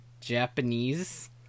japanese